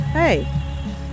Hey